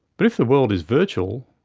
but if the world is virtual,